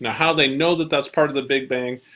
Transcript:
and how they know that that's part of the big bang,